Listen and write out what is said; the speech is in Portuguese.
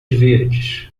verdes